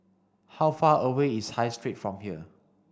how far away is High Street from here